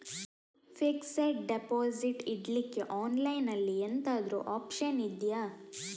Fixed deposit ಇಡ್ಲಿಕ್ಕೆ online ಅಲ್ಲಿ ಎಂತಾದ್ರೂ ಒಪ್ಶನ್ ಇದ್ಯಾ?